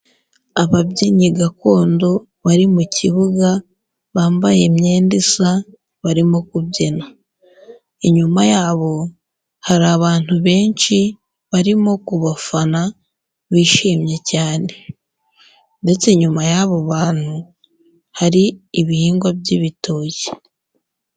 Ababyinnyi gakondo bari mu kibuga bambaye imyenda isa barimo kubyina, inyuma yabo hari abantu benshi barimo kubafana bishimye cyane ndetse inyuma y'abo bantu hari ibihingwa by'ibitoki.